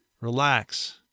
Relax